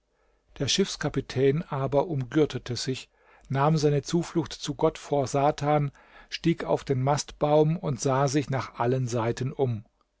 der schiffskapitän aber umgürtete sich nahm seine zuflucht zu gott vor satan stieg auf den mastbaum und sah sich nach allen seiten um